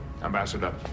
Ambassador